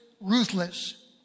ruthless